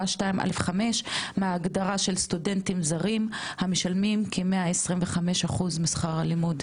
2א'5 מהגדרה של סטודנטים זרים המשלמים כ-125 אחוז משכר הלימוד.